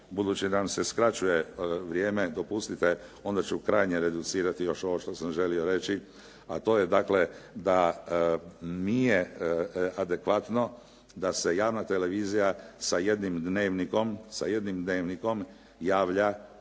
budući nam se skraćuje vrijeme, dopustite, onda ću krajnje reducirati još ovo što sam želio reći, a to je dakle da nije adekvatno da se javna televizija sa jednim dnevnikom javlja